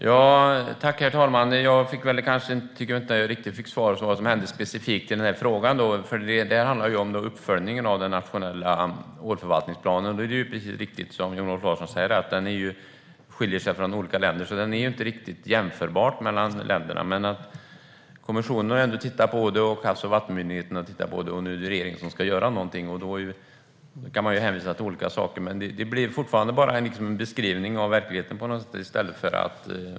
Herr talman! Jag tycker kanske inte riktigt att jag fick svar på vad som händer specifikt i den här frågan. Det här handlar ju om uppföljningen av den nationella ålförvaltningsplanen. Det är riktigt, som Jan-Olof Larsson säger, att det skiljer sig mellan olika länder. Det är alltså inte riktigt jämförbart mellan länderna. Men kommissionen har ändå tittat på det, och Havs och vattenmyndigheten har tittat på det. Nu är det regeringen som ska göra någonting. Då kan man hänvisa till olika saker, men det blir fortfarande bara en beskrivning av verkligheten.